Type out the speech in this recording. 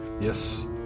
Yes